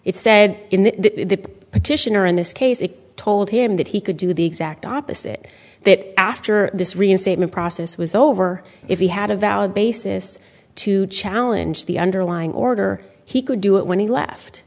petitioner in this case it told him that he could do the exact opposite that after this reinstatement process was over if he had a valid basis to challenge the underlying order he could do it when he left